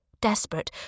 Desperate